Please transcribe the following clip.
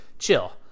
chill